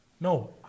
No